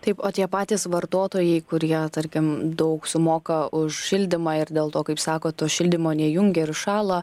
taip o tie patys vartotojai kurie tarkim daug sumoka už šildymą ir dėl to kaip sako to šildymo nejungia ir šąla